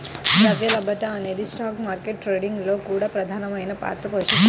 ద్రవ్య లభ్యత అనేది స్టాక్ మార్కెట్ ట్రేడింగ్ లో కూడా ప్రధానమైన పాత్రని పోషిస్తుంది